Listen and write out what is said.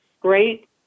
great